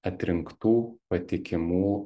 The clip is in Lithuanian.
atrinktų patikimų